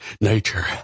nature